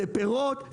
זה פירות,